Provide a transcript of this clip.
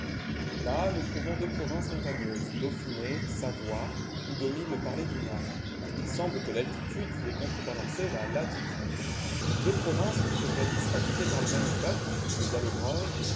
là nous trouvons deux provinces montagneuses dauphiné savoie où domine le parler du nord il semble que l'altitude y ait contrebalancé la latitude deux provinces qui furent jadis habitées par le même peuple les allobroges